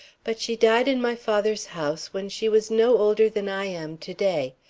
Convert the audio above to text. but she died in my father's house when she was no older than i am to-day,